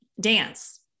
dance